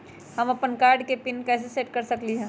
हम अपन कार्ड के पिन कैसे सेट कर सकली ह?